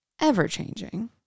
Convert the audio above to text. ever-changing